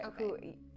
Okay